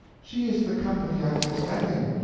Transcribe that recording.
she is the company i was expecting.